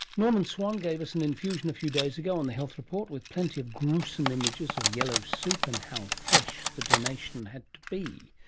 norman swan gave us an infusion a few days ago on the health report with plenty of gruesome images of yellow soup and how fresh the donation had to be.